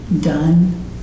done